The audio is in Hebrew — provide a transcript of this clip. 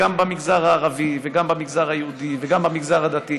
גם במגזר הערבי וגם במגזר היהודי וגם במגזר הדתי.